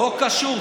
לא קשור.